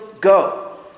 go